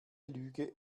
lüge